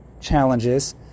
challenges